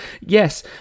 Yes